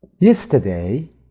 yesterday